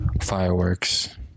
fireworks